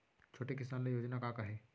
छोटे किसान ल योजना का का हे?